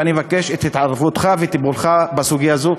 ואני מבקש את התערבותך וטיפולך בסוגיה הזאת.